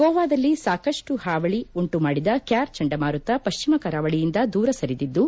ಗೋವಾದಲ್ಲಿ ಸಾಕಷ್ಟು ಹಾವಳಿ ಉಂಟು ಮಾಡಿದ ಕ್ವಾರ್ ಚಂಡಮಾರುತ ಪಶ್ಚಿಮ ಕರಾವಳಿಯಿಂದ ದೂರ ಸರಿದಿದ್ದು